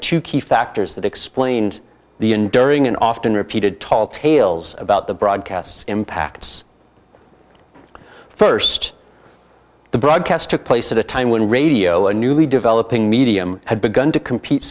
two key factors that explained the enduring and often repeated tall tales about the broadcasts impacts first the broadcast took place at a time when radio a newly developing medium had begun to compete